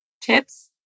tips